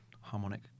harmonic